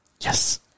Yes